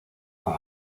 con